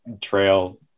trail